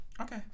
Okay